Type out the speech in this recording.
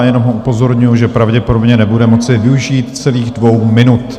Jenom ho upozorňuji, že pravděpodobně nebude moci využít celých dvou minut.